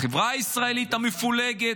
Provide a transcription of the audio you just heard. החברה הישראלית המפולגת.